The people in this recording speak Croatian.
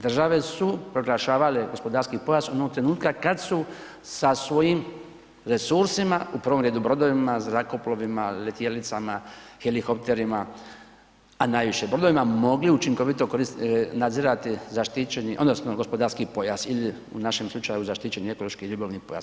Države su proglašavale gospodarski pojas onog trenutka kad su sa svojim resursima, u prvom redu, brodovima, zrakoplovima, letjelicama, helikopterima, a najviše brodovima, mogli učinkovito nadzirati zaštićeni odnosno gospodarski pojas, ili u našem slučaju zaštićeni ekološki ribolovni pojas.